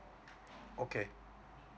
okay